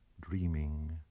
dreaming